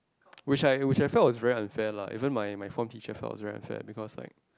which I which I felt was very unfair even my my form teacher felt it was very unfair because like